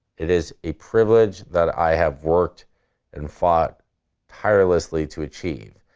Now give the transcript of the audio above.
it is a privilege that i have worked and fought tirelessly to achieve.